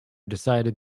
decided